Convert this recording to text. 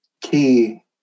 key